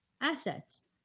assets